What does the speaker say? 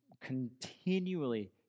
continually